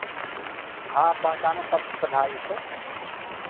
हँ पहचानो पत्रसँ भए जेतै